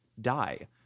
die